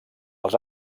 els